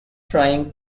trying